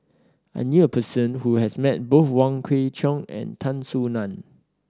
I knew a person who has met both Wong Kwei Cheong and Tan Soo Nan